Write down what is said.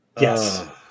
Yes